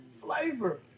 flavor